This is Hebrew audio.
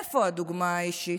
איפה הדוגמה האישית?